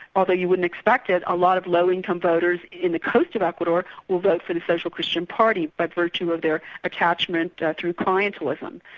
although you wouldn't expect it, a lot of low-income voters in the coast of ecuador, will vote for the social christian party by virtue of their attachment to clientialism.